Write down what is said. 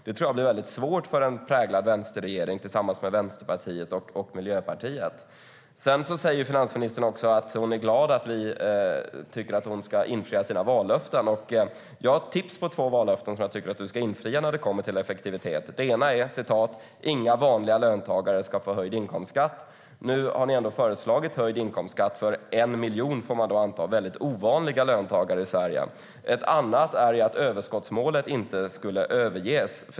Det tror jag blir väldigt svårt för en utpräglad vänsterregering tillsammans med Vänsterpartiet och Miljöpartiet.Finansministern säger också att hon är glad att vi tycker att hon ska infria sina vallöften. Jag har ett tips på två vallöften som jag tycker att du ska infria när det kommer till effektivitet. Det ena är "inga vanliga löntagare ska få höjd inkomstskatt". Nu har ni ändå föreslagit höjd inkomstskatt för 1 miljon, får man då anta, väldigt ovanliga löntagare i Sverige. Det andra är att överskottsmålet inte skulle överges.